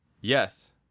yes